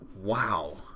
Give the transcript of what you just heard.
Wow